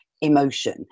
emotion